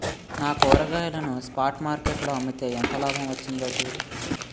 నా కూరగాయలను spot market లో అమ్మితే ఎంత లాభం వచ్చిందో చూడు